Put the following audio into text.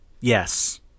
Yes